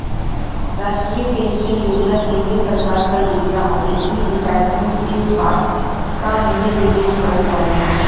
राष्ट्रीय पेंशन योजना केंद्रीय सरकार क योजना हउवे इ रिटायरमेंट के बाद क लिए निवेश करल जाला